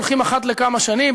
הולכים אחת לכמה שנים,